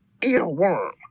earworm